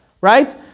right